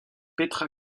petra